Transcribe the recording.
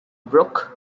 brook